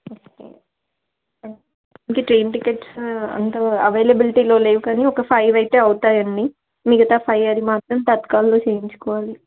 okay ఇంక train tickets అంత అవైలబిలిటీలో లేవు కానీ ఒక ఫైవ్ అయితే అవుతాయండి మిగతా ఫైవ్ అది మాత్రం తత్కాల్లో చేయించుకోవాలి